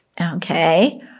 okay